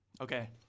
Okay